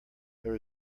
there